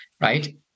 right